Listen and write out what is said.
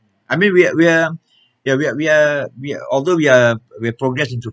I mean we are we are we are we are we although we are we're progressing through